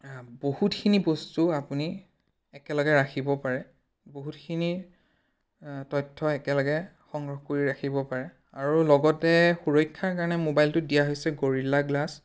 বহুতখিনি বস্তু আপুনি একেলগে ৰাখিব পাৰে বহুতখিনি তথ্য একেলগে সংগ্ৰহ কৰি ৰাখিব পাৰে আৰু লগতে সুৰক্ষাৰ কাৰণে মোবাইলটোত দিয়া হৈছে গৰিলা গ্লাছ